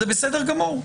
זה בסדר גמור.